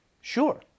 Sure